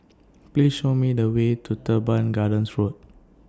Please Show Me The Way to Teban Gardens Road